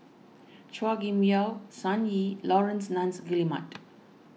Chua Kim Yeow Sun Yee Laurence Nunns Guillemard